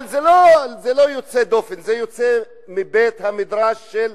אבל זה לא יוצא דופן, זה יוצא מבית-המדרש של